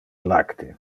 lacte